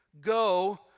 go